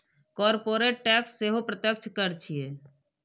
corporate tax सेहो प्रत्यक्ष कर छियै